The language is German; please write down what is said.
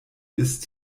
ist